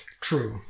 True